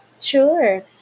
Sure